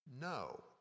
no